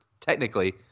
technically